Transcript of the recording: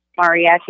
mariachi